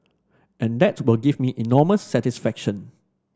and that will give me enormous satisfaction